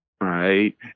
Right